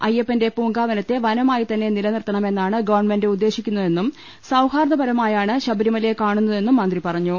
അയ്യപ്പന്റെ പൂങ്കാവനത്തെ വനമായിത്തന്നെ നിലനിർത്തണമെന്നാണ് ഗവൺമെന്റ് ഉദ്ദേശിക്കുന്നതെന്നും സൌഹാർദ്ദപരമായാണ് ശബരി മ ലയെ കാണു ന്ന തെന്നും മന്ത്രി പറഞ്ഞു